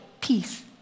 peace